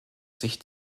sich